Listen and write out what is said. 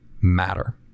matter